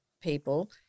people